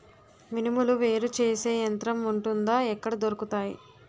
మినుములు వేరు చేసే యంత్రం వుంటుందా? ఎక్కడ దొరుకుతాయి?